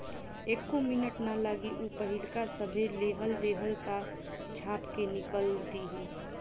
एक्को मिनट ना लागी ऊ पाहिलका सभे लेहल देहल का छाप के निकल दिहि